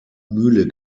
mühle